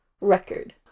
record